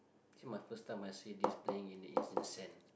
it must first time must see this playing is in the sand